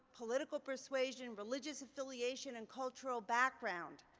political persuasion, religious affiliation, and cultural background.